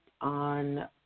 on